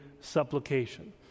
supplication